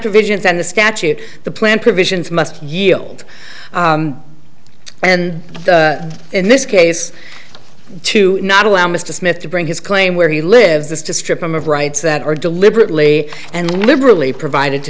provisions and the statute the planned provisions must yield and in this case to not allow mr smith to bring his claim where he lives is to strip him of rights that are deliberately and liberally provided to